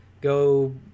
go